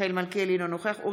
אינה נוכחת מיכאל מלכיאלי,